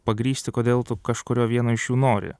pagrįsti kodėl tu kažkurio vieno iš jų nori